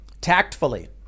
tactfully